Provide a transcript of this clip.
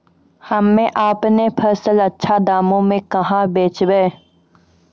हम्मे आपनौ फसल अच्छा दामों मे कहाँ बेचबै?